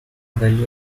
value